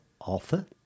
author